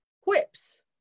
quips